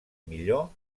millor